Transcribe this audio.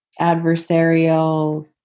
adversarial